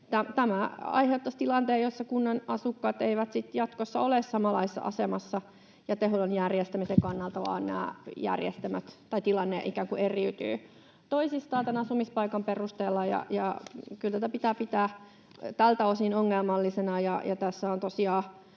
Tämä aiheuttaisi tilanteen, jossa kunnan asukkaat eivät sitten jatkossa ole samanlaisessa asemassa jätehuollon järjestämisen kannalta, vaan nämä tilanteet ikään kuin eriytyvät toisistaan tämän asumispaikan perusteella, ja kyllä tätä pitää pitää tältä osin ongelmallisena.